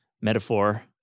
metaphor